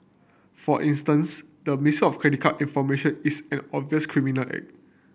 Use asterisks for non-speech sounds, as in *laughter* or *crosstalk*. for instance the misuse of credit card information is an *unintelligible* criminal *unintelligible*